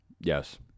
yes